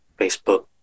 Facebook